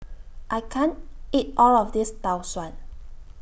I can't eat All of This Tau Suan